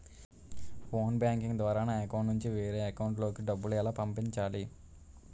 Phone banking ద్వారా నా account నుంచి వేరే అకౌంట్ లోకి డబ్బులు ఎలా పంపించాలి?